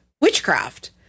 witchcraft